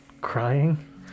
Crying